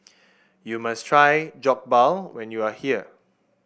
you must try Jokbal when you are here